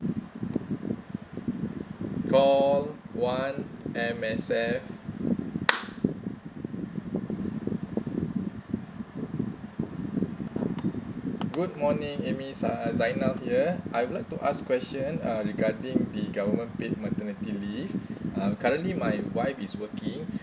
call one M_S_F good morning amy zai~ zainal here I would like to ask question uh regarding the government paid maternity leave uh currently my wife is wroking